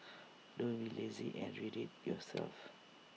don't be lazy and read IT yourself